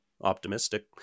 optimistic